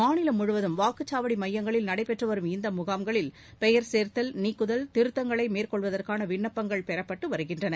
மாநிலம் முழுவதும் வாக்குச்சாவடி மையங்களில் நடைபெற்று வரும் இந்த முகாம்களில் பெயர் சேர்த்தல் நீக்குதல் திருத்தங்களை மேற்கொள்வதற்கான விண்ணப்பங்கள் பெறப்பட்டு வருகின்றன